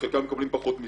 חלקם אף מקבלים פחות מזה.